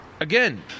again